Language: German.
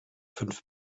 fünf